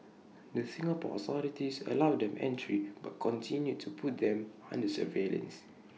the Singapore authorities allowed them entry but continued to put them under surveillance